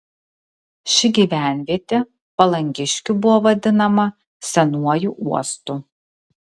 ši gyvenvietė palangiškių buvo vadinama senuoju uostu